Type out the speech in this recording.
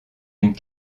une